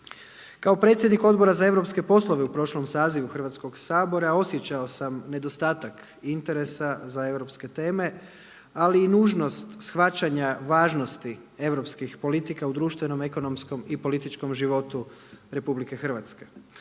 Kao predsjednik Odbora za europske poslove u prošlom sazivu Hrvatskoga sabora osjećao sam nedostatak interesa za europske teme ali i nužnost shvaćanja važnosti europskih politika u društvenom, ekonomskom i političkom životu RH.